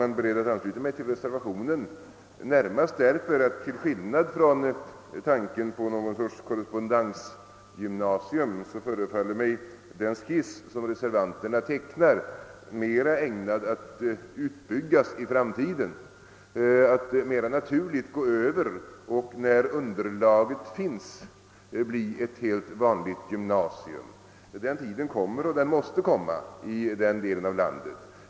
Jag är beredd att ansluta mig till reservationen 1 närmast därför att den skiss som reservanterna tecknat i förhållande till tanken på något slags korrespondensgymnasium förefaller mig bättre möjliggöra en framtida utbyggnad för upprättande av ett helt vanligt gymnasium när underlag härför kommer att finnas. Den tiden kommer och måste komma i denna del av landet.